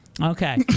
okay